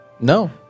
no